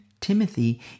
Timothy